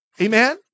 Amen